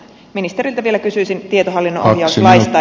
ministeriltä vielä kysyisin tietohallinnon ohjauslaista